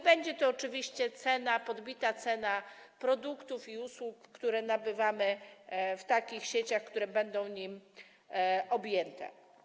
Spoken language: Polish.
Będzie oczywiście podbita cena produktów i usług, które nabywamy w takich sieciach, które będą nim objęte.